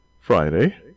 Friday